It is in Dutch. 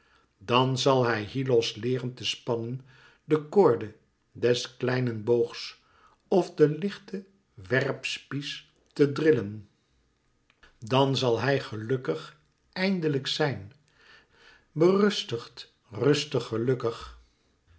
dan zal hij hyllos leeren te spannen de koorde des kleinen boogs of den lichten werpspies te drillen dan zal hij gelùkkig eindelijk zijn berustigd rustig gelukkig